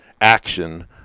action